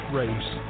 race